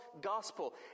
gospel